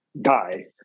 die